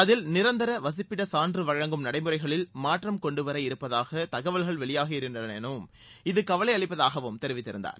அதில் நிரந்தர வசிப்பிடச் சான்று வழங்கும் நடைமுறைகளில் மாற்றம் கொண்டுவர இருப்பதாக தகவல்கள் வெளியாகின்றன எனவும் இது கவலை அளிப்பதாகவும் தெரிவித்திருந்தார்